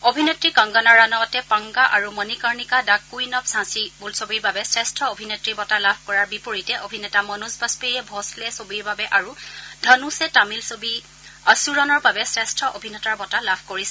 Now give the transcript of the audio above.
অভিনেত্ৰী কংগনা ৰাণাৱটে পাঙ্গা আৰু মনিকৰ্ণিকা দ্য কুইন অব্ ঝাঁছী বোলছবিৰ বাবে শ্ৰেষ্ঠ অভিনেত্ৰীৰ বঁটা লাভ কৰাৰ বিপৰীতে অভিনেতা মনোজ বাজপেয়ীয়ে ভচলে ছবিৰ বাবে আৰু ধনুষে তামিল ছবি আচুৰানৰ বাবে শ্ৰেষ্ঠ অভিনেতাৰ বঁটা লাভ কৰিছে